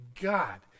God